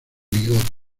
bigote